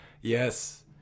Yes